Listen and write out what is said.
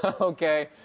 okay